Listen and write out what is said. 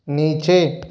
नीचे